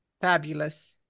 Fabulous